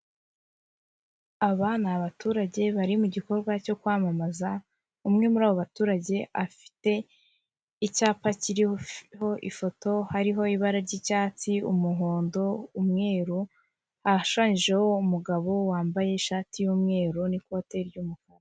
Aba ni abaturage bari mu gikorwa cyo kwamamaza, umwe muri abo baturage afite icyapa kiriho ifoto hariho ibara ry'icyatsi, umuhondo, umweru hashushanyijeho umugabo wambaye ishati y'umweru n'ikote ry'umukara.